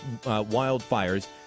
wildfires